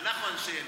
אנחנו אנשי ימין.